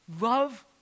Love